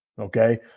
Okay